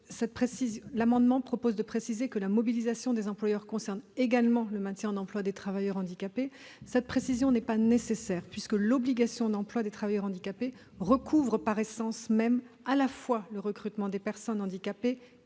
amendement. La précision selon laquelle la mobilisation des employeurs concerne également le maintien en emploi des travailleurs handicapés n'est pas nécessaire puisque l'obligation d'emploi des travailleurs handicapés recouvre par essence même à la fois le recrutement des personnes handicapées et le maintien